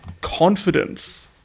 confidence